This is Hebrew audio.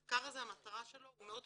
מטרת המחקר היא מאוד פרקטית,